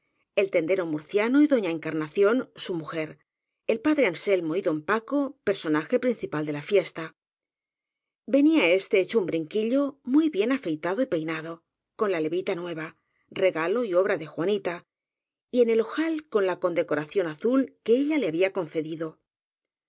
el tendero murciano y doña encarnación su mujer el padre anselmo y don paco personaje principal de la fiesta venía éste hecho un brinquillo muy bien afeitado y pei nado con la levita nueva regalo y obra de juanita y en el ojal con la condecoración azul que ella le había concedido